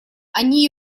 они